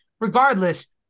regardless